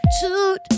toot